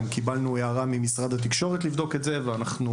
גם קיבלנו הערה ממשרד התקשורת לבדוק את זה ואנחנו